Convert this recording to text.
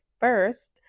First